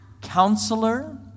Counselor